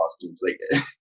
costumes—like